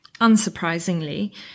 unsurprisingly